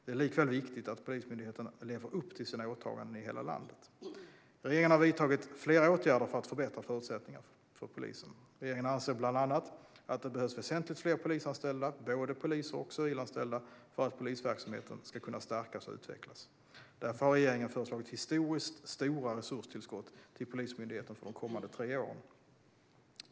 Det är likväl viktigt att Polismyndigheten lever upp till sina åtaganden i hela landet. Regeringen har vidtagit flera åtgärder för att förbättra förutsättningarna för polisen. Regeringen anser bland annat att det behövs väsentligt fler polisanställda, både poliser och civilanställda, för att polisverksamheten ska kunna stärkas och utvecklas. Därför har regeringen föreslagit historiskt stora resurstillskott till Polismyndigheten för de kommande tre åren.